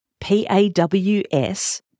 P-A-W-S